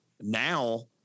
Now